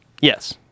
yes